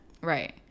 right